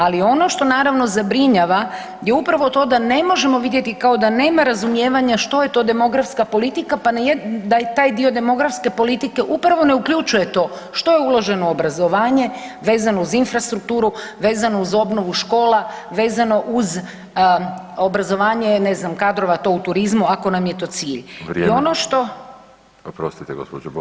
Ali ono što naravno zabrinjava je upravo to da ne možemo vidjeti, kao da nema razumijevanja što je to demografska politika, pa da i taj dio demografske politike upravo ne uključuje to što je uloženo u obrazovanje vezano uz infrastrukturu, vezano uz obnovu škola, vezano uz obrazovanje ne znam kadrova to u turizmu ako nam je to cilj [[Upadica: Vrijeme]] I ono što…